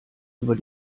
über